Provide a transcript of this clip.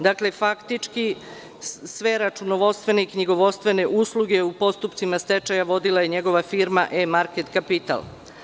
Dakle, faktički sve računovodstvene i knjigovodstvene usluge u postupcima stečaja vodila je njegova firma „E market kapital“